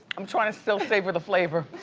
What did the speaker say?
i'm trying to still savor the flavor.